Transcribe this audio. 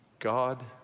God